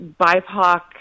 BIPOC